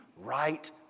right